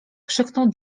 krzyknął